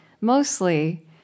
mostly